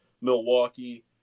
Milwaukee